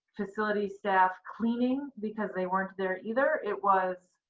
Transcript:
facility staff cleaning because they weren't there either. it was